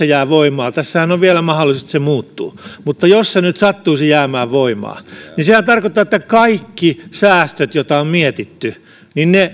jää voimaan tässähän on vielä mahdollisuus että se muuttuu mutta jos se nyt sattuisi jäämään voimaan niin sehän tarkoittaa että kaikki säästöt joita on mietitty